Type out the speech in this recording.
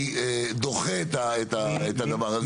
אני דוחה את הדבר הזה.